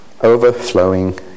overflowing